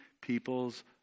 people's